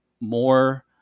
more